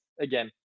again